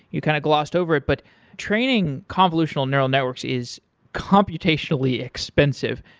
you kind of glossed over it. but training conditional neural networks is computationally expensive.